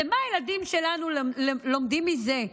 ומה הילדים שלנו לומדים מזה,